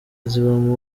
zibamo